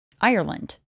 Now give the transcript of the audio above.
Ireland